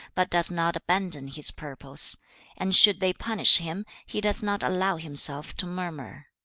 but does not abandon his purpose and should they punish him, he does not allow himself to murmur